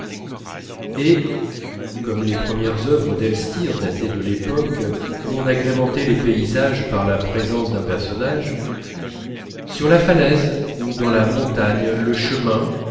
et comme les premières œuvres d'elstir dataient de l'époque où on agrémentait les paysages par la présence d'un personnage sur la falaise ou dans la montagne le chemin